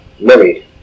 married